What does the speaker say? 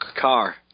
car